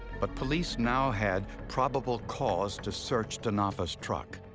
but police now had probable cause to search denofa's truck.